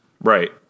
Right